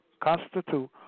constitute